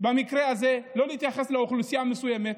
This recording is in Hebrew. ובמקרה הזה: לא להתייחס לאוכלוסייה מסוימת.